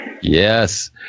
Yes